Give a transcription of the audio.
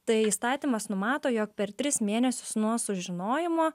tai įstatymas numato jog per tris mėnesius nuo sužinojimo